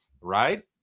right